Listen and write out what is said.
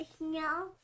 No